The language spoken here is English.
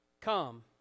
come